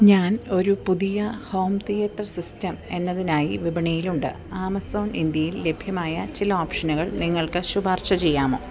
ഞാൻ ഒരു പുതിയ ഹോം തിയേറ്റർ സിസ്റ്റം എന്നതിനായി വിപണിയിലുണ്ട് ആമസോൺ ഇന്ത്യയിൽ ലഭ്യമായ ചില ഓപ്ഷനുകൾ നിങ്ങൾക്ക് ശുപാർശ ചെയ്യാമോ